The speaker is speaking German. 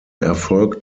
erfolg